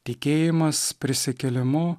tikėjimas prisikėlimu